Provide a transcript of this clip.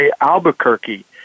Albuquerque